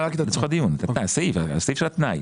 את הסעיף של התנאי.